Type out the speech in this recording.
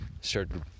started